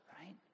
right